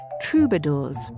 troubadours